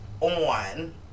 on